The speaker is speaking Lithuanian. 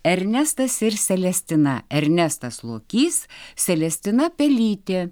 ernestas ir selestina ernestas lokys selestina pelytė